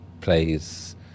plays